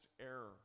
error